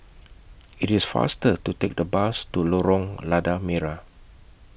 IT IS faster to Take The Bus to Lorong Lada Merah